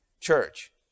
church